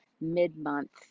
mid-month